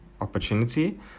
opportunity